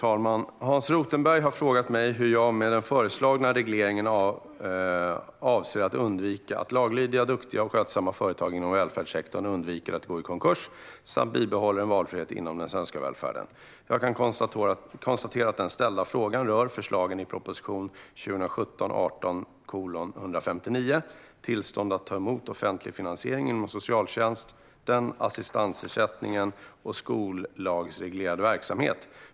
Fru talman! har frågat mig hur jag med den föreslagna regleringen avser att undvika att laglydiga, duktiga och skötsamma företagare inom välfärdssektorn undviker att gå i konkurs samt bibehålla en valfrihet inom den svenska välfärden. Jag kan konstatera att den ställda frågan rör förslagen i proposition 2017/18:159 Tillstånd att ta emot offentlig finansiering inom socialtjänsten, assistansersättningen och skollagsreglerad verksamhet .